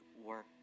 work